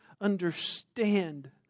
understand